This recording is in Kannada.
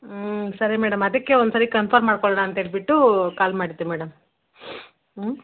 ಹ್ಞೂ ಸರಿ ಮೇಡಮ್ ಅದಕ್ಕೆ ಒನ್ಸರಿ ಕನ್ಫರ್ಮ್ ಮಾಡ್ಕೊಳ್ಳೋಣ ಅಂತೇಳ್ಬಿಟ್ಟು ಕಾಲ್ ಮಾಡಿದ್ದೆ ಮೇಡಮ್